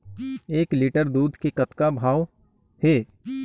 एक लिटर दूध के कतका भाव हे?